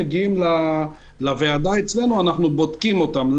אנחנו בודקים את כולם,